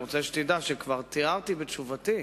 אני רוצה שתדע שכבר תיארתי בתשובתי